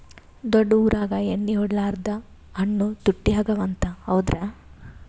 ದೊಡ್ಡ ಊರಾಗ ಎಣ್ಣಿ ಹೊಡಿಲಾರ್ದ ಹಣ್ಣು ತುಟ್ಟಿ ಅಗವ ಅಂತ, ಹೌದ್ರ್ಯಾ?